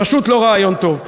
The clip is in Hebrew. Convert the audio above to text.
פשוט לא רעיון טוב.